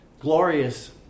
glorious